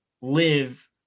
live